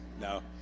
No